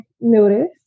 noticed